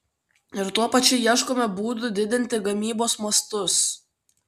ir tuo pačiu ieškome būdų didinti gamybos mastus